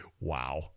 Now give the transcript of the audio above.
Wow